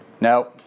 No